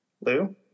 Lou